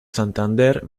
santander